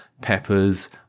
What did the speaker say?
peppers